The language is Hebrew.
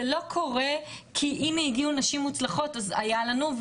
זה לא קורה כי הנה הגיעו נשים מוצלחות אז היה לנו,